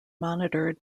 monitored